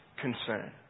concern